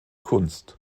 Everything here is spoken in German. kunst